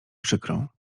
przykrą